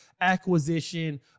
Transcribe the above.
acquisition